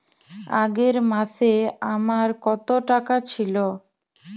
আগের মাসে আমার কত টাকা ছিল?